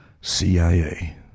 CIA